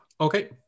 okay